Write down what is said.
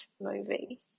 movie